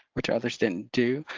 which others didn't do.